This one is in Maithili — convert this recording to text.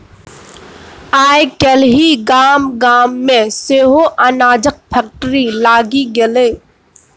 आय काल्हि गाम गाम मे सेहो अनाजक फैक्ट्री लागि गेलै